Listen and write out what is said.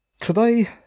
Today